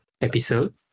Episode